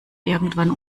irgendwann